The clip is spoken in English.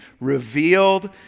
revealed